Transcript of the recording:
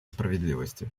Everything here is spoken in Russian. справедливости